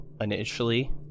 Initially